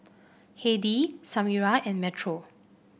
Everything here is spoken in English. Heidy Samira and Metro